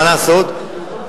מה לעשות,